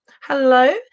Hello